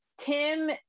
Tim